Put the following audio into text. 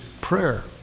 prayer